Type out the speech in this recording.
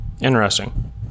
Interesting